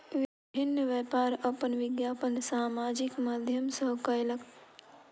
विभिन्न व्यापार अपन विज्ञापन सामाजिक माध्यम सॅ कयलक